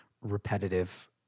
repetitive